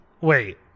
Wait